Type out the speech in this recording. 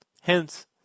Hence